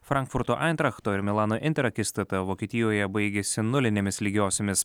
frankfurto aintrachto ir milano inter akistata vokietijoje baigėsi nulinėmis lygiosiomis